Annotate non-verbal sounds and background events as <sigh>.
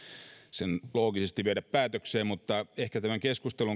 sen loogisesti viedä päätökseen mutta ehkä tämän keskustelun <unintelligible>